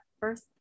first